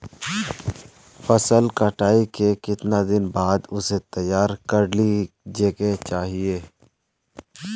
फसल कटाई के कीतना दिन बाद उसे तैयार कर ली के चाहिए?